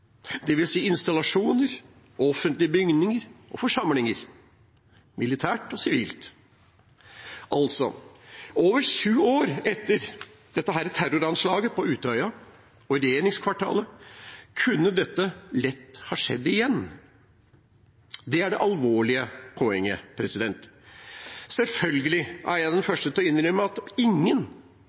installasjoner, offentlige bygninger og forsamlinger, militære og sivile. Altså: Over sju år etter terroranslaget på Utøya og mot regjeringskvartalet kunne dette lett ha skjedd igjen. Det er det alvorlige poenget. Selvfølgelig er jeg den første til å innrømme at ingen